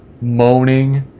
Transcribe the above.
moaning